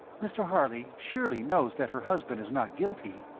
mr. harley surely knows that her husband is not guilty?